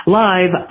live